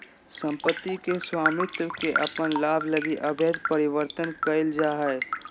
सम्पत्ति के स्वामित्व के अपन लाभ लगी अवैध परिवर्तन कइल जा हइ